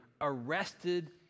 arrested